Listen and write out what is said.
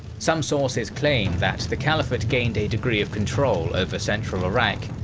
some sources claim that the caliphate gained a degree of control over central iraq,